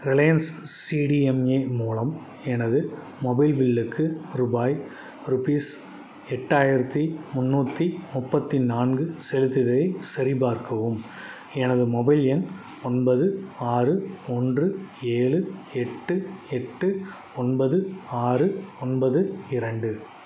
Reliance CDMA மூலம் எனது mobile பில்லுக்கு ரூபாய் ரூபீஸ் எட்டாயிரத்தி முண்ணூற்றி முப்பத்தி நான்கு செலுத்தியதைச் சரிபார்க்கவும் எனது மொபைல் எண் ஒன்பது ஆறு ஒன்று ஏழு எட்டு எட்டு ஒன்பது ஆறு ஒன்பது இரண்டு